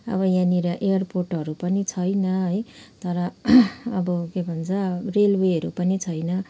अब यहाँनिर एयरपोर्टहरू पनि छैन है तर अब के भन्छ रेलवेहरू पनि छैन